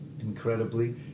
incredibly